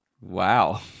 wow